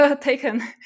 taken